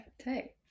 okay